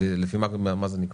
לפי מה זה נקבע,